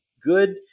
good